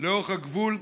לאורך הגבול,